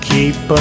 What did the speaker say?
Keep